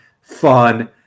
fun